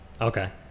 Okay